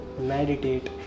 meditate